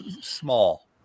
small